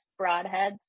broadheads